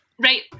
Right